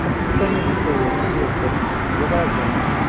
कश्चनः विषयस्य उपरि यदा जनाः